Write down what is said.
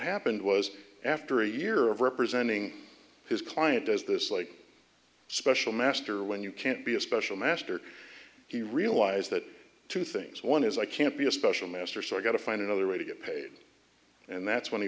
happened was after a year of representing his client as this like special master when you can't be a special master he realized that two things one is i can't be a special master so i got to find another way to get paid and that's when he